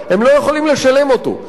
הם לא יכולים לשלם אותו,